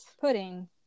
Pudding